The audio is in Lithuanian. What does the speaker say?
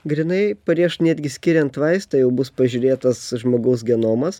grynai prieš netgi skiriant vaistą jau bus pažiūrėtas žmogaus genomas